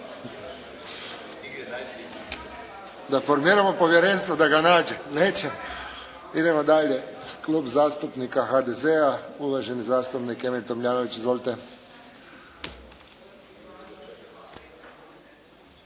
Da formiramo povjerenstvo da ga nađe? Neće. Idemo dalje. Klub zastupnika HDZ-a, uvaženi zastupnik Emil Tomljanović. Izvolite.